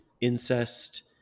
incest